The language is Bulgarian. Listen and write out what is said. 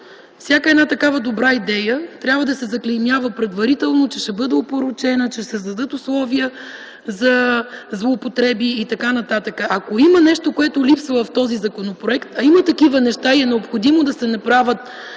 всяка една такава добра идея трябва да се заклеймява предварително, че ще бъде опорочена, че ще се създадат условия за злоупотреби и т.н.? Ако има нещо, което липсва в този законопроект, а такива неща има и е необходимо да се направят